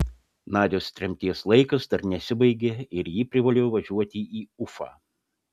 nadios tremties laikas dar nesibaigė ir ji privalėjo važiuoti į ufą